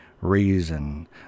reason